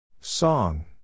Song